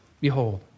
Behold